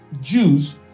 Jews